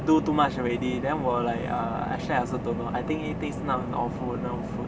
do too much already then 我 like err actually I also don't know I think 一定是那种很 awful 的那种 food